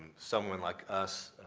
someone like us,